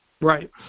Right